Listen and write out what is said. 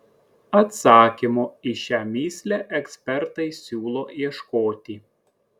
atsakymo į šią mįslę ekspertai siūlo ieškoti